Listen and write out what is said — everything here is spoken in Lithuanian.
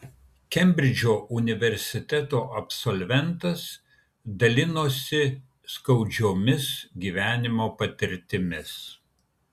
kembridžo universiteto absolventas dalinosi skaudžiomis gyvenimo patirtimis